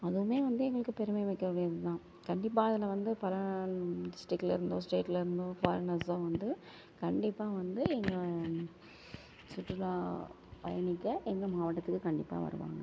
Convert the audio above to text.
அதுவுமே வந்து எங்களுக்கு பெருமைமிக்கக்கூடியது தான் கண்டிப்பாக அதில் வந்து பல டிஸ்ட்ரிக்கில் இருந்தோ ஸ்டேட்டில் இருந்தோ ஃபாரினர்ஸ்ஸோ வந்து கண்டிப்பாக வந்து எங்கள் சுற்றுலா பயணிக்க எங்கள் மாவட்டத்துக்கு கண்டிப்பாக வருவாங்க